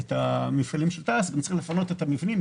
את המפעלים של תע"ש צריך לפנות את המבנים,